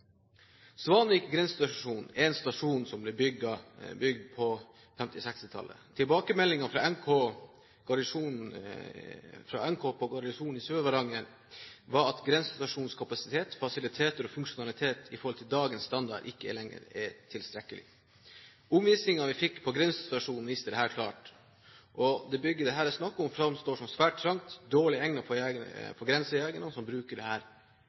Svanvik grensestasjon er en stasjon som ble bygget på 1950–1960-tallet. Tilbakemeldingen fra NK på Garnisonen i Sør-Varanger var at grensestasjonens kapasitet, fasiliteter og funksjonalitet i forhold til dagens standard, ikke lenger er tilstrekkelig. Omvisningen vi fikk på grensestasjonen, viste dette klart, og bygget det her er snakk om, framstår som svært trangt og dårlig egnet for grensejegerne som bruker denne stasjonen daglig. Det